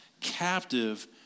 captive